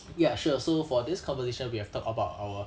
ya sure so for this conversation we have talked about our